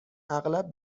اغلب